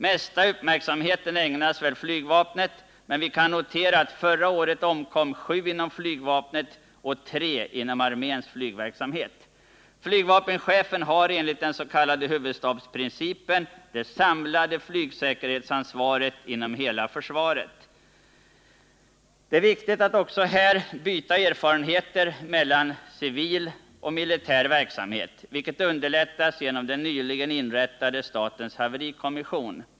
Mesta uppmärksamheten ägnas väl flygvapnet, men vi kan notera att förra året omkom sju inom flygvapnet och tre inom arméns flygverksamhet. Flygvapenchefen har enligt den s.k. huvudstabsprincipen det samlade flygsäkerhetsansvaret inom hela försvaret. Det är viktigt att också här byta erfarenheter mellan civil och militär flygverksamhet, vilket underlättas genom den nyligen inrättade statens haverikommission.